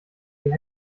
sie